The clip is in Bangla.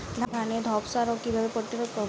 ধানে ধ্বসা রোগ কিভাবে প্রতিরোধ করব?